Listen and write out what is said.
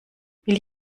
will